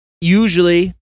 usually